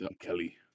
Kelly